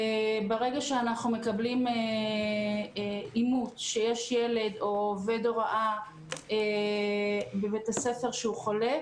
ברגע שאנחנו מקבלים אימות שיש ילד או עובד הוראה בבית הספר חולה,